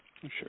Sure